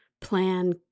plan